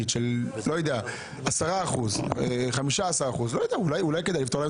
וזה שלל מהם את הזכאות לקבל את